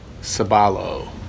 Sabalo